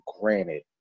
granted